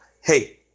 hey